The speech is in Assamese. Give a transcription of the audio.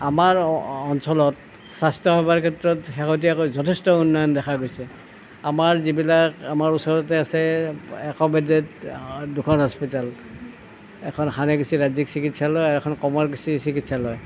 আমাৰ অঞ্চলত স্বাস্থ্য সেৱাৰ ক্ষেত্ৰত শেহতীয়াকৈ যথেষ্ট উন্নয়ন দেখা গৈছে আমাৰ যিবিলাক আমাৰ ওচৰতে আছে এক'মেদেদ দুখন হস্পিতেল এখন সানেকুছি ৰাজ্যিক চিকিৎসালয় আৰু এখন কমাৰকুছি চিকিৎসালয়